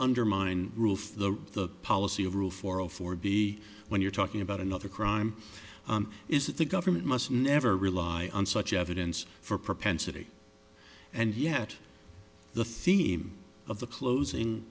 undermine rule for the policy of rule for a for b when you're talking about another crime is that the government must never rely on such evidence for propensity and yet the theme of the closing